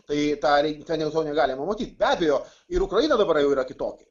tai tą reik dėl to negalima nematyt be abejo ir ukraina dabar jau yra kitokia